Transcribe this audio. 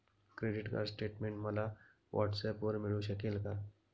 Credit card statement मला व्हॉट्सऍपवर मिळू शकेल का?